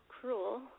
cruel